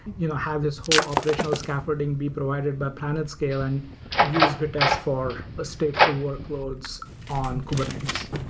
you know have this whole operational scaffolding be provided by planetscale and use vitess for ah stateful workloads on kubernetes.